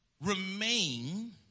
remain